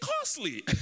costly